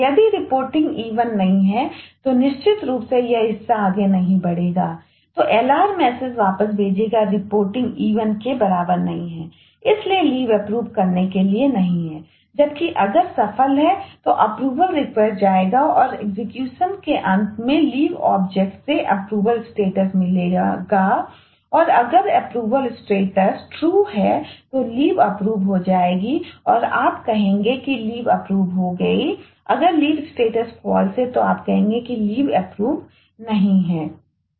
यदि reporting E1 नहीं है तो निश्चित रूप से यह हिस्सा आगे नहीं बढ़ेगा तो LR मैसेज वापस भेजेगा रिपोर्टिंग नहीं है